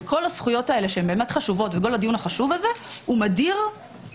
וכל הזכויות האלה שהן באמת חשובות וכל הדיון החשוב הזה הוא מדיר לא